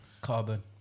Carbon